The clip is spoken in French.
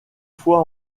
fois